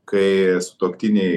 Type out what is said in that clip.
kai sutuoktiniai